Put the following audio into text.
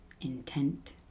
intent